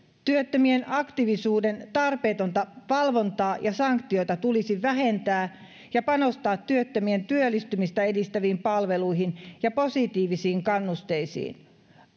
työttömien aktiivisuuden tarpeetonta valvontaa ja sanktioita tulisi vähentää ja panostaa työttömien työllistymistä edistäviin palveluihin ja positiivisiin kannusteisiin